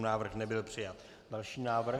Návrh nebyl přijat. Další návrh.